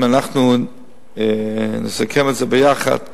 אם אנחנו נסכם את זה ביחד,